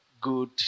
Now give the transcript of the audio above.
good